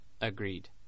agreed